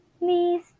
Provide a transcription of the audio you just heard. Miss